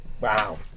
Wow